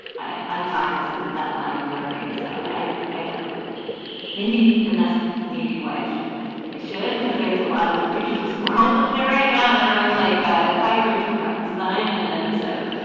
i'm fine with that lying blurring so i i don't maybe and that's maybe why should i should because there's a lot of pictures of squirrels up there right now and everyone's like ah if i yeah were into graphic design and so